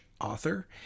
author